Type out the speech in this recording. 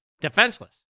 defenseless